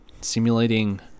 simulating